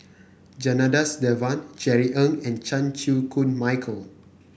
Janadas Devan Jerry Ng and Chan Chew Koon Michael